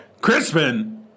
Crispin